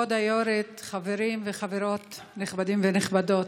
כבוד היו"רית, חברים וחברות נכבדים ונכבדות,